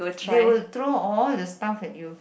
they will throw all the stuff at you